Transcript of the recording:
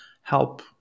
help